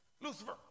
Lucifer